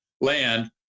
land